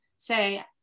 Say